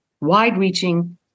wide-reaching